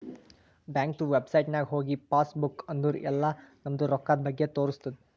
ಬ್ಯಾಂಕ್ದು ವೆಬ್ಸೈಟ್ ನಾಗ್ ಹೋಗಿ ಪಾಸ್ ಬುಕ್ ಅಂದುರ್ ಎಲ್ಲಾ ನಮ್ದು ರೊಕ್ಕಾದ್ ಬಗ್ಗೆ ತೋರಸ್ತುದ್